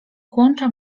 kłącza